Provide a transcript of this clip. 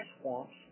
swamps